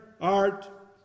art